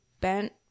bent